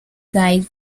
guide